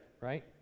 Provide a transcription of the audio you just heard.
right